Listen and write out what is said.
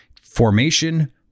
formation